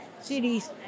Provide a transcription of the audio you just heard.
cities